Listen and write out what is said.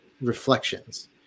reflections